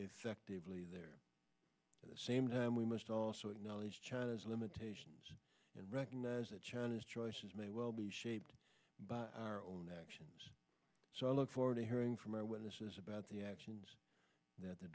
effectively there the same time we must also acknowledge china's limitations and recognize that china's choices may well be shaped by our own actions so i look forward to hearing from eyewitnesses about the actions that the